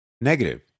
negative